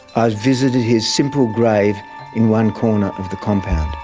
i visited his simple grave in one corner of the compound.